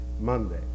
Monday